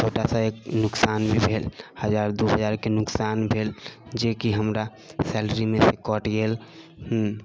छोटा सा एक नोकसान भी भेल हजार दू हजारके नोकसान भेल जेकि हमरा सैलरीमेसँ कटि गेल